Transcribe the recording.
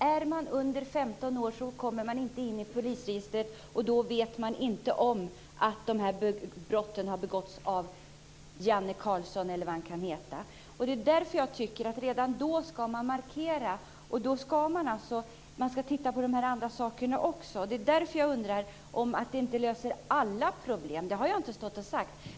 Är man under 15 år kommer man inte in i polisregistret, och då är det ingen som vet att brotten har begåtts av Janne Karlsson eller vad han nu kan heta. Jag tycker att man redan då ska göra en markering. Men man ska ta hänsyn till andra saker också. Jag har inte påstått att det skulle lösa alla problem.